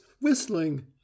Whistling